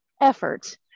effort